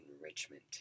enrichment